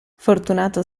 fortunato